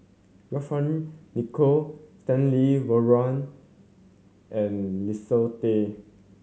John Fearns Nicoll Stanley Warren and Leslie Tay